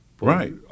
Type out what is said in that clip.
Right